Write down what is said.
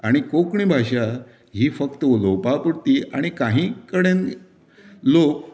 आनी कोंकणी भाशा ही फकत उलोवपा पुरती आनी काही कडेन लोक